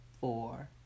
four